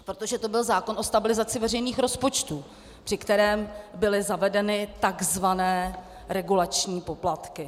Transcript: Protože to byl zákon o stabilizaci veřejných rozpočtů, při kterém byly zavedeny tzv. regulační poplatky.